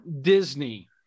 Disney